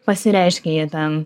pasireiškė jie ten